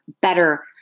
better